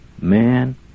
man